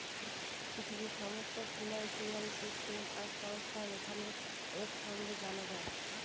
পৃথিবীর সমস্ত financial system আর সংস্থা যেখানে এক সাঙে জানা যায়